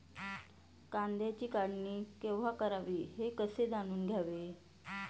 कांद्याची काढणी केव्हा करावी हे कसे जाणून घ्यावे?